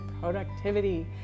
productivity